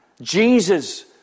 Jesus